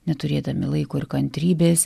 neturėdami laiko ir kantrybės